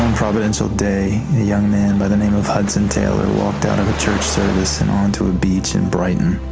providential day, young man by the name of hudson taylor walked out of a church service and on to a beach in brighton.